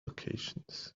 locations